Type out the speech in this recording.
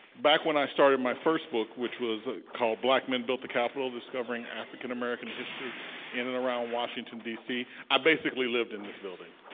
back when i started my first book which was called black men built the capital discovering african american history in and around washington dc, i basically lived in this building.